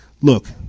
Look